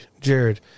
Jared